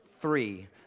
three